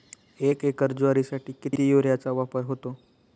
एक एकर ज्वारीसाठी किती युरियाचा वापर होतो?